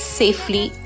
safely